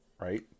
right